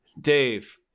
Dave